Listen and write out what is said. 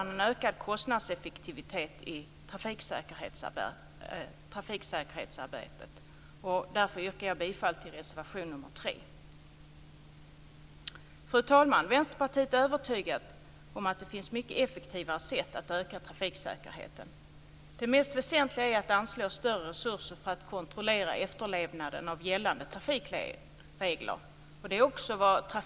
När vi ser på kostnaden för olyckorna i Sverige finner vi att de uppgår till ungefär 6 miljarder. Ute i Europa kostar olyckorna ungefär 400 miljarder. Det är en väldigt stor skillnad. Jag tycker att det är väldigt viktigt att vi inser vad dödsolyckorna kostar och vad vi kan göra för att undvika dem.